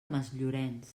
masllorenç